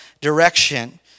direction